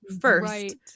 first